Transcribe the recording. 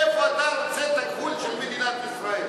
איפה אתה רוצה את הגבול של מדינת ישראל?